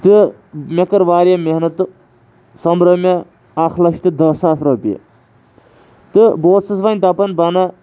تہٕ مےٚ کٔر واریاہ محنت تہٕ سوٚمبرٲے مےٚ اَکھ لَچھ تہٕ دہ ساس رۄپیہِ تہٕ بہٕ اوسُس وَۄنۍ دَپان بہٕ اَنا